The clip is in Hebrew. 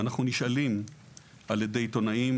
ואנחנו נשאלים על ידי עיתונאים,